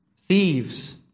thieves